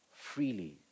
freely